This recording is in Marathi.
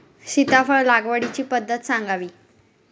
सीताफळ लागवडीची पद्धत सांगावी?